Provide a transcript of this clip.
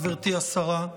גברתי השרה,